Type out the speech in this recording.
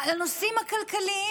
על הנושאים הכלכליים?